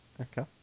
Okay